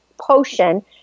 potion